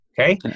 Okay